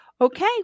Okay